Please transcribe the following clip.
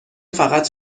فقط